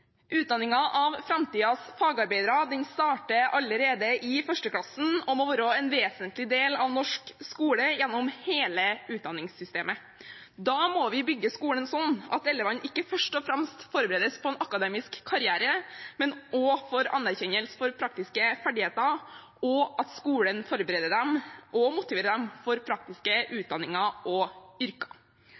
av framtidens fagarbeidere starter allerede i 1. klasse og må være en vesentlig del av norsk skole gjennom hele utdanningssystemet. Da må vi bygge skolen sånn at elevene ikke først og fremst forberedes på en akademisk karriere, men også får anerkjennelse for praktiske ferdigheter, og at skolen forbereder dem til og motiverer dem for praktiske utdanninger og yrker.